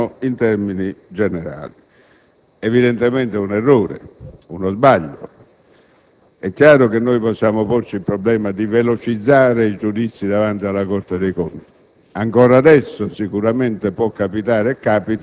sul transitorio, per intenderci, e uno in termini generali. Evidentemente si tratta di un errore, di uno sbaglio. È chiaro che possiamo porci il problema di velocizzare i giudizi davanti alla Corte dei conti.